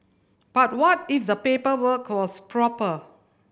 but what if the paperwork was proper